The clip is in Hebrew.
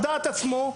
על דעת עצמו,